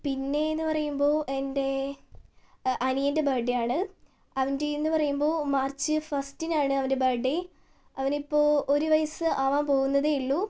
പിന്നേയെന്നു പറയുമ്പോൾ എൻ്റെ അനിയൻ്റെ ബർത്ത്ഡേയാണ് അവൻ്റെ എന്ന് പറയുമ്പോൾ മാർച്ച് ഫസ്റ്റിനാണ് അവൻ്റെ ബർത്ത്ഡേ അവനിപ്പോൾ ഒരു വയസ്സ് ആകാൻ പോവുന്നതേ ഉള്ളൂ